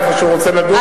איפה שהוא רוצה לדון.